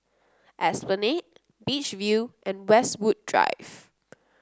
Esplanade Beach View and Westwood Drive